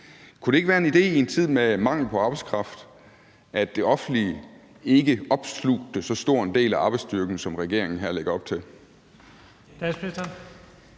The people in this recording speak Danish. Kunne det i en tid med mangel på arbejdskraft ikke være en idé, at det offentlige ikke opslugte så stor en del af arbejdsstyrken, som regeringen her lægger op til?